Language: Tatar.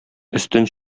өстен